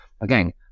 again